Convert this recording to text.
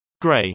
gray